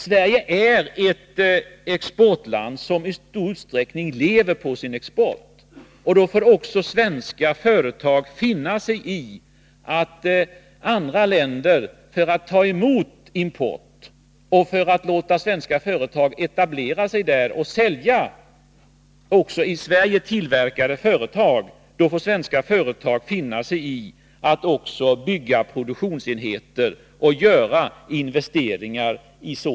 Sverige är ett land som i stor utsträckning lever på sin export. För att få andra länder att ta emot i Sverige tillverkade varor och för att svenska företag skall kunna etablera sig där får dessa finna sig i att i sådana länder bygga produktionsenheter och även göra andra investeringar där.